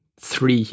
three